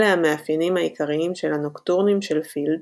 אלה המאפיינים העיקריים של הנוקטורנים של פילד